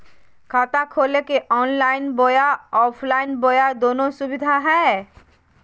खाता खोले के ऑनलाइन बोया ऑफलाइन बोया दोनो सुविधा है?